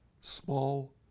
small